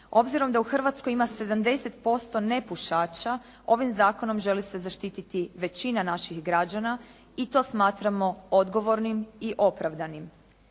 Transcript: Obzirom da u Hrvatskoj ima 70% nepušača ovim zakonom želi se zaštititi većina naših građana i to smatramo odgovornim i opravdanim.